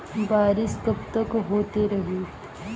बरिस कबतक होते रही?